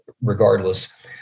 regardless